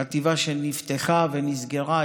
חטיבה שנפתחה ונסגרה,